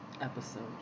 episode